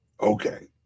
okay